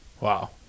Wow